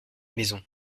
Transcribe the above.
maison